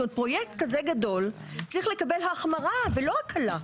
זאת אומרת פרויקט כזה גדול צריך לקבל החמרה ולא הקלה.